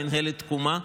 למינהלת תקומה,